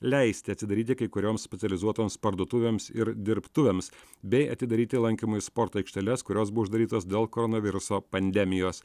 leisti atsidaryti kai kurioms specializuotoms parduotuvėms ir dirbtuvėms bei atidaryti lankymui sporto aikšteles kurios buvo uždarytos dėl koronaviruso pandemijos